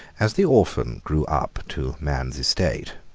as the orphan grew up to man's estate,